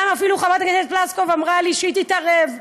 אפילו גם חברת הכנסת פלוסקוב אמרה לי שהיא תתערב.